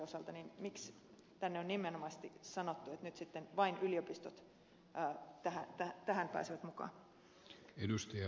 miksi täällä on nimenomaisesti sanottu että nyt sitten vain yliopistot tähän pääsevät mukaan